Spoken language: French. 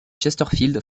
chesterfield